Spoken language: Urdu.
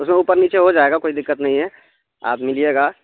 اس میں اوپر نیچے ہو جائے گا کوئی دقت نہیں ہے آپ ملیے گا